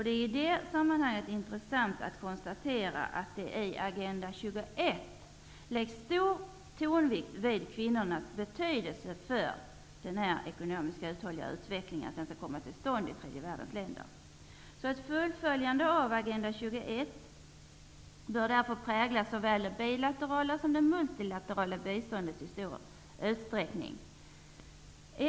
Det är i det sammanhanget intressant att konstatera att det i Agenda 21 läggs stor tonvikt vid kvinnors betydelse för att en ekonomiskt uthållig utveckling skall komma till stånd i tredje världens länder. Ett fullföljande av Agenda 21 bör därför i stor utsträckning prägla såväl det bilaterala som det multilaterala biståndet.